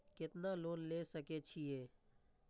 केतना लोन ले सके छीये?